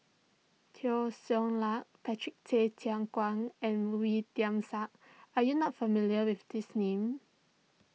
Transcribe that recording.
Teo Ser Luck Patrick Tay Teck Guan and Wee Tian Siak are you not familiar with these names